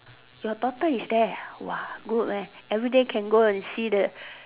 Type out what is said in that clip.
your daughter is there ah !wah! good leh everyday can go and see the